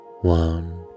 one